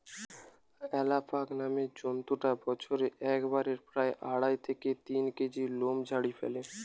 alpaca নামের জন্তুটা বছরে একবারে প্রায় আড়াই থেকে তিন কেজি লোম ঝাড়ি ফ্যালে